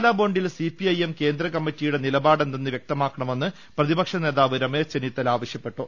മസാല ്ബോണ്ടിൽ C P I M കേന്ദ്ര കമ്മറ്റിയുടെ നിലപാട് എന്തെന്ന് വൃക്തമാക്കണമെന്ന് പ്രതിപക്ഷ നേതാവ് രമേശ് ചെന്നിത്തല ആവശ്യപ്പെട്ടു